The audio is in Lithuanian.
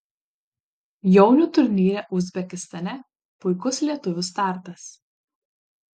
jaunių turnyre uzbekistane puikus lietuvių startas